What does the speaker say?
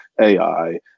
AI